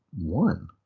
one